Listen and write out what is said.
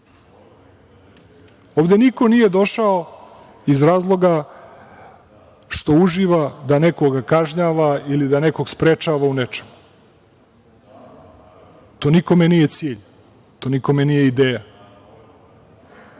Ovde niko nije došao iz razloga što uživa da nekoga kažnjava ili da nekog sprečava u nečemu. To nikome nije cilj, to nikome nije ideja,